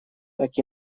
так